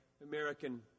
American